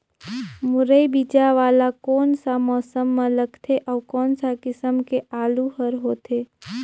मुरई बीजा वाला कोन सा मौसम म लगथे अउ कोन सा किसम के आलू हर होथे?